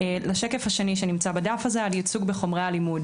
לשקף השני שנמצא בדף הזה על ייצוג בחומרי הלימוד